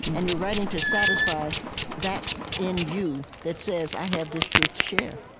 and you're writing to satisfy that in you that says, i have this truth to share.